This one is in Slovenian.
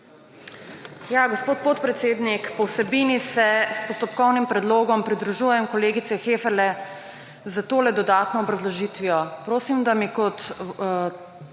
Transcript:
Ja, gospod podpredsednik, po vsebini se s postopkovnim predlogom pridružujem kolegici Heferle s tole dodatno obrazložitvijo. Prosim, da mi kot oseba,